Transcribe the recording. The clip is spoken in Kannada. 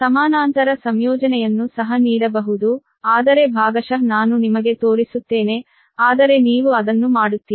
ಸಮಾನಾಂತರ ಸಂಯೋಜನೆಯನ್ನು ಸಹ ನೀಡಬಹುದು ಆದರೆ ಭಾಗಶಃ ನಾನು ನಿಮಗೆ ತೋರಿಸುತ್ತೇನೆ ಆದರೆ ನೀವು ಅದನ್ನು ಮಾಡುತ್ತೀರಿ